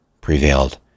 prevailed